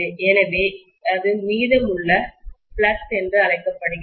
எனவே அது மீதமுள்ள ரெம்நண்ட் ஃப்ளக்ஸ் என்று அழைக்கப்படுகிறது